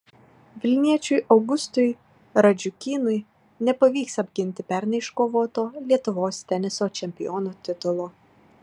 vilniečiui augustui radžiukynui nepavyks apginti pernai iškovoto lietuvos teniso čempiono titulo